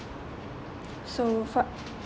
so for